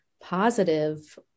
positive